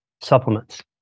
supplements